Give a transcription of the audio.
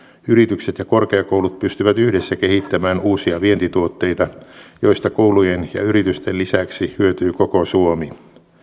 yritykset ja korkeakoulut pystyvät yhdessä kehittämään uusia vientituotteita joista koulujen ja yritysten lisäksi hyötyy koko suomi